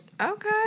Okay